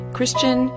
Christian